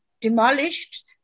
demolished